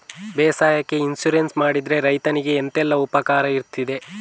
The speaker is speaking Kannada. ಬೇಸಾಯಕ್ಕೆ ಇನ್ಸೂರೆನ್ಸ್ ಮಾಡಿದ್ರೆ ರೈತನಿಗೆ ಎಂತೆಲ್ಲ ಉಪಕಾರ ಇರ್ತದೆ?